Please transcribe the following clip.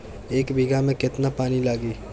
एक बिगहा में केतना पानी लागी?